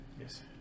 Yes